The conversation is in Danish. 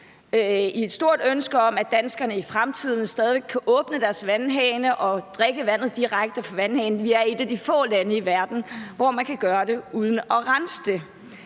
et stort ønske om, at danskerne for fremtiden fortsat kan åbne deres vandhane og drikke vandet direkte fra vandhanen. Vi er et af de få lande i verden, hvor man kan gøre det uden at rense det.